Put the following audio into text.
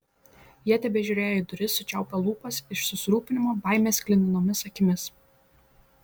jie tebežiūrėjo į duris sučiaupę lūpas iš susirūpinimo baimės sklidinomis akimis